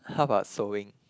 how about sewing